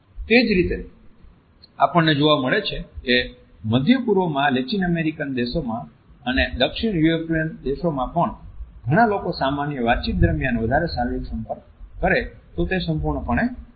તે જ રીતે આપણને જોવા મળે છે કે મધ્ય પૂર્વમાં લેટિન અમેરિકન દેશોમાં અને દક્ષિણ યુરોપિયન દેશોમાં પણ ઘણા લોકો સામાન્ય વાતચીત દરમિયાન વધારે શારીરિક સંપર્ક કરે તો તે સંપૂર્ણપણે માન્ય છે